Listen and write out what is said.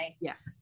Yes